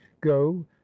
go